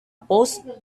post